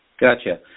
Gotcha